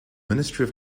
ministry